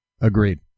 Agreed